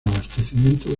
abastecimiento